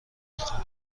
میخام